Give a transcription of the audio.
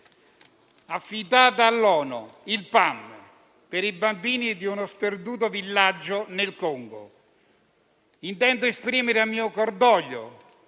dell'ONU, il PAM, per i bambini di uno sperduto villaggio nel Congo. Intendo esprimere il mio cordoglio,